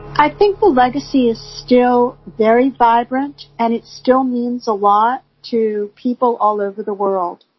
i think the legacy is still very vibrant and it still means a lot to people all over the world.